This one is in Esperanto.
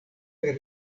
per